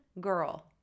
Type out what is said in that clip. girl